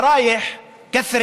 (אומר בערבית ומתרגם:)